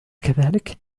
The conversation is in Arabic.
كذلك